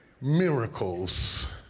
Miracles